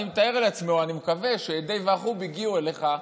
אני מתאר לעצמי או אני מקווה שהדי ועדת חוץ וביטחון הגיעו גם אליך,